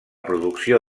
producció